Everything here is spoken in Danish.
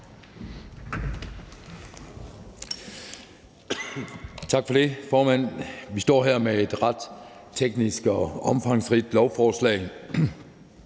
Tak for det, formand. Vi står her med et ret teknisk og omfangsrigt lovforslag,